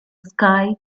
sky